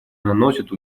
наносит